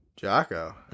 Jocko